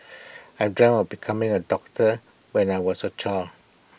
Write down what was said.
I dreamt of becoming A doctor when I was A child